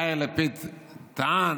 יאיר לפיד טען: